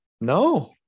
no